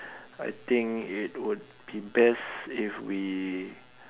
I think it would be best if we